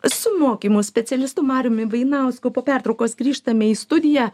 su mokymų specialistu mariumi vainausku po pertraukos grįžtame į studiją